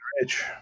rich